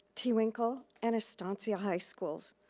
tewinkle and estancia high schools.